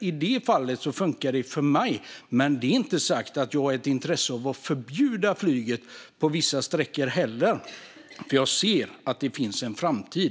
I det fallet funkar det för mig, men därmed inte sagt att jag har ett intresse av att förbjuda flyget på vissa sträckor. Jag ser nämligen att det finns en framtid.